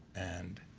and,